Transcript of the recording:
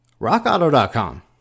RockAuto.com